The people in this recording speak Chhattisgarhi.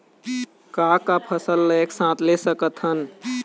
का का फसल ला एक साथ ले सकत हन?